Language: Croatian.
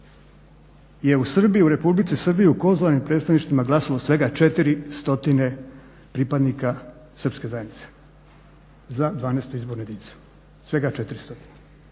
je u Republici Srbiji u konzularnim predstavništvima glasalo svega 400 pripadnika srpske zajednice za 12.izbornu jedinicu, svega 400.